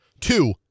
Two